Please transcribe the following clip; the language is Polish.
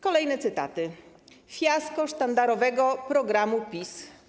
Kolejny cytat: Fiasko sztandarowego programu PiS.